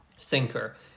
thinker